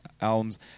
albums